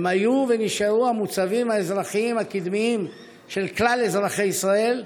הם היו ונשארו המוצבים האזרחיים הקדמיים של כלל אזרחי ישראל.